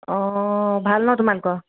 অ' ভাল ন তোমালোকৰ